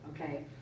okay